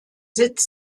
sitz